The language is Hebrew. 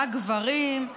רק גברים,